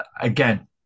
again